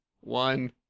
one